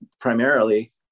primarily